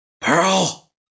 Pearl